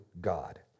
God